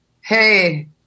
hey